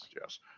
Yes